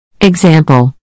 Example